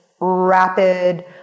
rapid